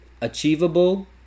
achievable